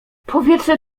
powietrze